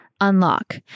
unlock